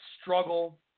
struggle